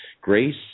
Grace